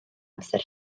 amser